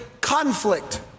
conflict